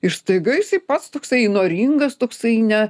ir staiga jisai pats toksai įnoringas toksai ne